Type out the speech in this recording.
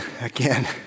again